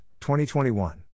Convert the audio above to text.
2021